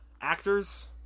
actors